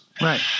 Right